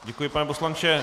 Děkuji, pane poslanče.